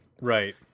right